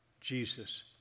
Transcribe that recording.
Jesus